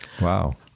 Wow